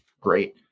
great